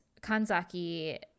Kanzaki